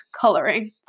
coloring